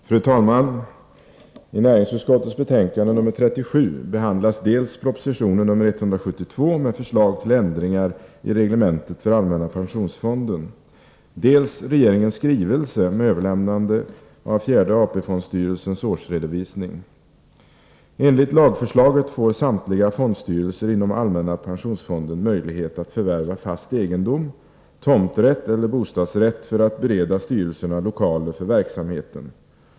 Fru talman! I näringsutskottets betänkande nr 37 behandlas dels proposition nr 172 med förslag till ändringar i reglementet för allmänna pensionsfonden, dels regeringens skrivelse med överlämnande av fjärde AP-fondstyrelsens årsredovisning. Enligt lagförslaget får samtliga fondstyrelser inom allmänna pensionsfonden möjlighet att förvärva fast egendom, tomträtt eller bostadsrätt för att bereda styrelserna lokaler för verksamheten.